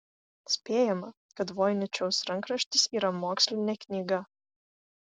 spėjama kad voiničiaus rankraštis yra mokslinė knyga